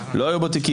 לא היו בתיקים.